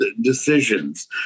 decisions